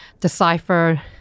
decipher